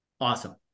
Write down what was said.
awesome